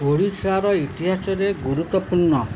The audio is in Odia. ଓଡ଼ିଶାର ଇତିହାସରେ ଗୁରୁତ୍ୱପୂର୍ଣ୍ଣ